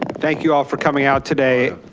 thank you all for coming out today.